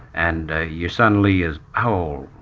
and your son, lee, is how old?